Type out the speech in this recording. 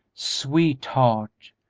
sweetheart,